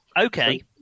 Okay